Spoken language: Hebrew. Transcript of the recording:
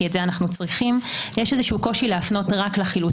כי את זה אנו צריכים - יש קושי להפנות רק לחילוט